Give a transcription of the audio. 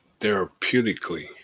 Therapeutically